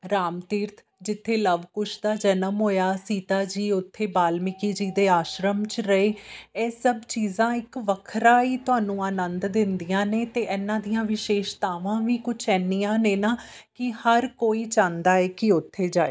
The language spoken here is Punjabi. ਰਾਮ ਤੀਰਥ ਜਿੱਥੇ ਲਵ ਕੁਸ਼ ਦਾ ਜਨਮ ਹੋਇਆ ਸੀਤਾ ਜੀ ਉੱਥੇ ਵਾਲਮੀਕੀ ਜੀ ਦੇ ਆਸ਼ਰਮ 'ਚ ਰਹੇ ਇਹ ਸਭ ਚੀਜ਼ਾਂ ਇੱਕ ਵੱਖਰਾ ਹੀ ਤੁਹਾਨੂੰ ਆਨੰਦ ਦਿੰਦੀਆਂ ਨੇ ਅਤੇ ਇਹਨਾਂ ਦੀਆਂ ਵਿਸ਼ੇਸ਼ਤਾਵਾਂ ਵੀ ਕੁਛ ਇੰਨੀਆਂ ਨੇ ਨਾ ਕਿ ਹਰ ਕੋਈ ਚਾਹੁੰਦਾ ਹੈ ਕਿ ਉੱਥੇ ਜਾਏ